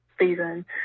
season